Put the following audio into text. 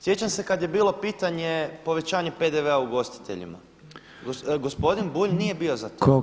Sjećam se kad je bilo pitanje povećanje PDV-a ugostiteljima gospodin Bulj nije bio za to.